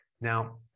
Now